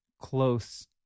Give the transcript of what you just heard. close